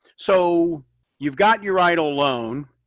so you've got your eidl loan.